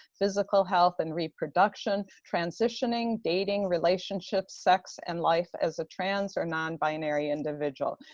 physical health, and reproduction, transitioning, dating, relationships, sex, and life as a trans or non-binary individual.